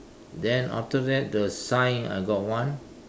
then after that the sign I got one